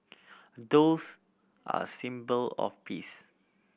doves are a symbol of peace